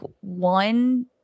one